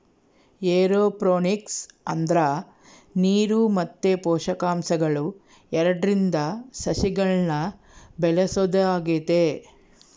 aeroponics ಅಂದ್ರ ನೀರು ಮತ್ತೆ ಪೋಷಕಾಂಶಗಳು ಎರಡ್ರಿಂದ ಸಸಿಗಳ್ನ ಬೆಳೆಸೊದಾಗೆತೆ